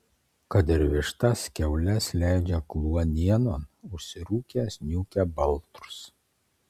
kad ir vištas kiaules leidžia kluonienon užsirūkęs niūkia baltrus